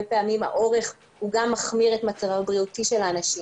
פעמים אורך המסיבה מחמיר את המצב הבריאותי של האנשים.